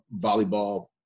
volleyball